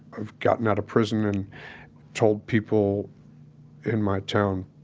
i've gotten out of prison and told people in my town,